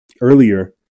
earlier